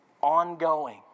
ongoing